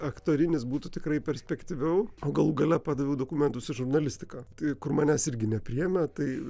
aktorinis būtų tikrai perspektyviau o galų gale padaviau dokumentus į žurnalistiką tai kur manęs irgi nepriėmė tai